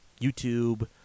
YouTube